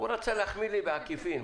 הוא רצה להחמיא לי בעקיפין.